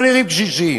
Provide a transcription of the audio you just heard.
לא נראים קשישים,